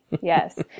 yes